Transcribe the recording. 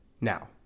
Now